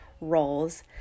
roles